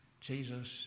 Jesus